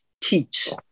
teach